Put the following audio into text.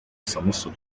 samusure